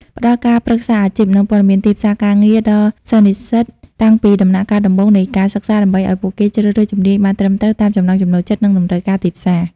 ផ្តល់ការប្រឹក្សាអាជីព និងព័ត៌មានទីផ្សារការងារដល់សិស្សនិស្សិតតាំងពីដំណាក់កាលដំបូងនៃការសិក្សា ដើម្បីឱ្យពួកគេជ្រើសរើសជំនាញបានត្រឹមត្រូវតាមចំណង់ចំណូលចិត្ត និងតម្រូវការទីផ្សារ។